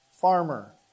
farmer